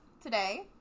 today